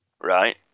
right